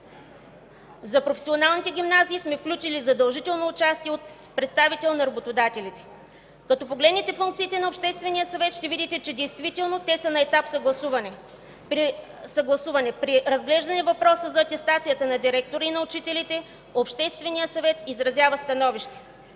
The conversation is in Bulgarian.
За професионалните гимназии сме включили задължително участие от представител на работодателите. Като погледнете функциите на Обществения съвет ще видите, че действително те са на етап „съгласуване”. При разглеждане въпроса за атестацията на директорите и учителите Общественият съвет изразява становище.